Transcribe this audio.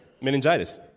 Meningitis